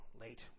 late